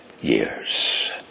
years